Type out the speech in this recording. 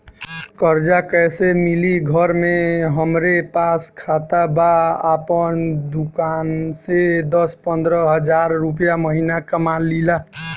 कर्जा कैसे मिली घर में हमरे पास खाता बा आपन दुकानसे दस पंद्रह हज़ार रुपया महीना कमा लीला?